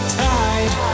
tide